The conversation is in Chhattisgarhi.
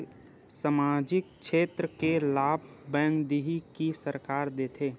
सामाजिक क्षेत्र के लाभ बैंक देही कि सरकार देथे?